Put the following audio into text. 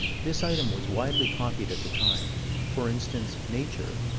this item was widely copied at the time for instance, nature,